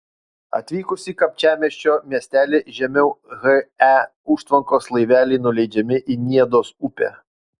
atvykus į kapčiamiesčio miestelį žemiau he užtvankos laiveliai nuleidžiami į niedos upę